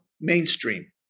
mainstream